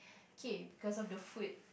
okay because of the food